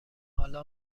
حالا